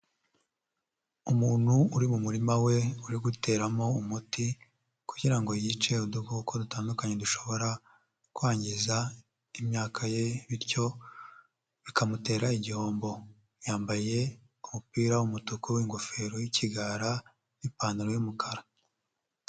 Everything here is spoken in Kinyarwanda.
Umuntu uri mu murima we uri guteramo umuti kugira ngo yice udukoko dutandukanye dushobora kwangiza imyaka ye bityo bikamutera igihombo. Yambaye umupira w'umutuku, ingofero y'ikigara, ipantaro y'umukara.